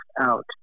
out